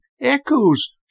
echoes